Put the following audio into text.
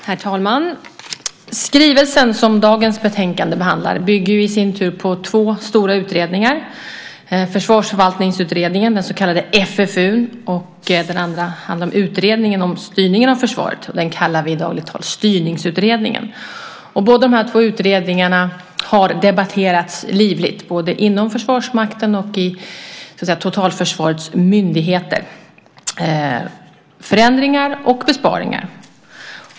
Herr talman! Skrivelsen som dagens betänkande behandlar bygger ju i sin tur på två stora utredningar. Den första är Försvarsförvaltningsutredningen, den så kallade FFU. Den andra är utredningen om styrningen av försvaret, och den kallar vi i dagligt tal för Försvarsstyrningsutredningen. Båda de här utredningarna har debatterats livligt, både inom Försvarsmakten och i totalförsvarets myndigheter - förändringar och besparingar.